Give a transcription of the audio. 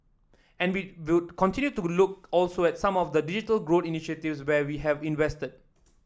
and we would continue to look also at some of the digital growth initiatives where we have invested